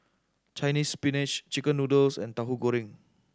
Chinese Spinach chicken noodles and Tauhu Goreng